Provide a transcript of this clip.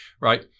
right